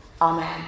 Amen